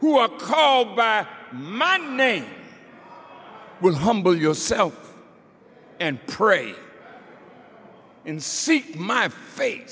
who are called by my name was humble yourself and pray in see my face